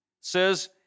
says